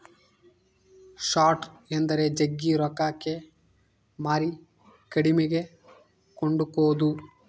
short ಎಂದರೆ ಜಗ್ಗಿ ರೊಕ್ಕಕ್ಕೆ ಮಾರಿ ಕಡಿಮೆಗೆ ಕೊಂಡುಕೊದು